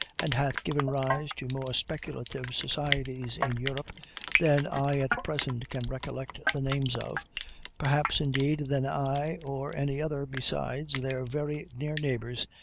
and hath given rise to more speculative societies in europe than i at present can recollect the names of perhaps, indeed, than i or any other, besides their very near neighbors,